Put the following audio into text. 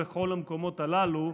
ובכל המקומות הללו,